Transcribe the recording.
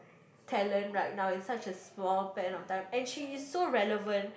talent right now is such is a small pen of type and she is so relevant